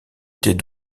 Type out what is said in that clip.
étaient